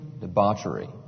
debauchery